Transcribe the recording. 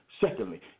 Secondly